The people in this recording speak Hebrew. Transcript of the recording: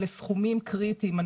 אלה סכומים קריטיים.